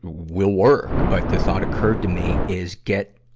will work, but the thought occurred to me is, get,